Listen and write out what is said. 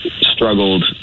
struggled